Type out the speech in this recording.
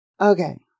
Okay